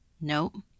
Nope